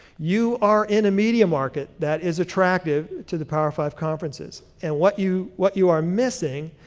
you are in a media market that is attractive to the power five conferences, and what you what you are missing,